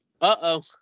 Uh-oh